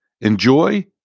enjoy